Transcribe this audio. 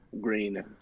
green